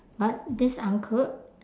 but this uncle